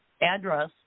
address